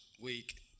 week